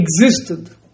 existed